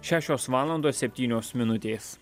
šešios valandos septynios minutės